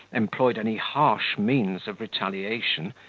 employed any harsh means of retaliation,